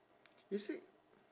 is it